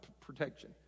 protection